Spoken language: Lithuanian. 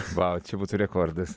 vau čia būtų rekordas